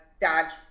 dad